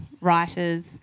writers